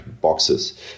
boxes